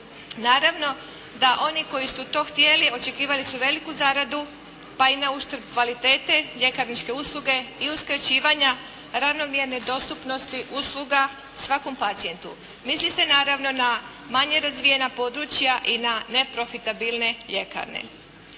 Naravno da oni koji su to htjeli očekivali su veliku zaradu pa i na uštrb kvalitete ljekarničke usluge i uskraćivanja ravnomjerne dostupnosti usluga svakom pacijentu. Misli se naravno na manje razvijena područja i na neprofitabilne ljekarne.